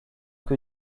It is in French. que